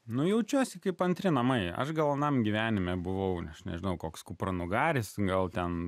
nujaučiau esi kaip antri namai aš gal anam gyvenime buvau nes nežinau koks kupranugaris gal ten